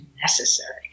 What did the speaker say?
necessary